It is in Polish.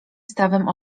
stawem